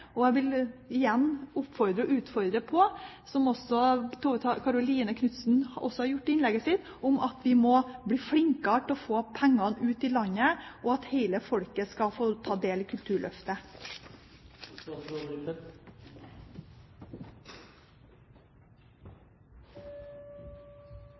Og jeg vil igjen oppfordre og utfordre – som Tove Karoline Knutsen også har gjort i innlegget sitt – til at vi må bli flinkere til å få pengene ut i landet, og at hele folket skal få ta del i